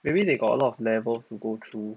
maybe they got a lot of levels go through